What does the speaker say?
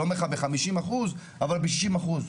לא בחמישים אחוז, אבל בשישים אחוז.